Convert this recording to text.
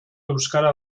euskara